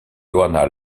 johanna